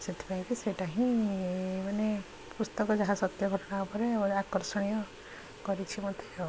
ସେଥିପାଇଁ କି ସେଇଟା ହିଁ ମାନେ ପୁସ୍ତକ ଯାହା ସତ୍ୟ ଘଟଣା ଉପରେ ଆକର୍ଷଣୀୟ କରିଛି ମୋତେ ଆଉ